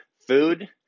food